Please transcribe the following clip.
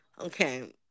Okay